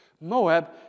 Moab